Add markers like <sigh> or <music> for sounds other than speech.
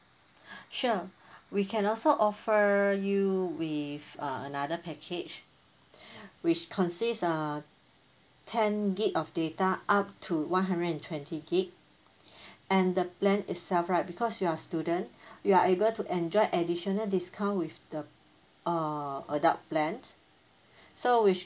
<breath> sure <breath> we can also offer you with uh another package <breath> which consist uh ten gig of data up to one hundred and twenty gig <breath> and the plan itself right because you are student <breath> you are able to enjoy additional discount with the err adult plan so which